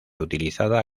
utilizada